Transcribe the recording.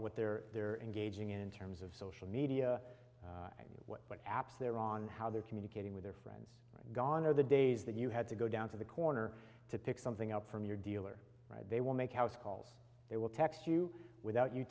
what their they're engaging in terms of social media what apps they're on how they're communicating with their friends gone are the days that you had to go down to the corner to pick something up from your dealer they will make house calls they will text you without you